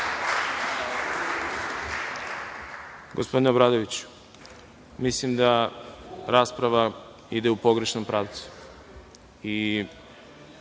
Gospodine Obradoviću, mislim da rasprava ide u pogrešnom pravcu i